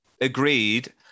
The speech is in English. agreed